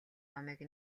номыг